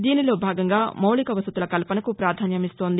దీనిలో భాగంగా మౌలిక వసతుల కల్పనకు ప్రాధాన్యమిస్తోంది